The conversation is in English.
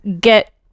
get